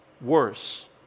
Worse